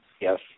Yes